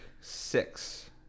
six